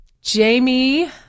Jamie